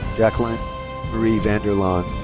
jaclyn marie vander laan.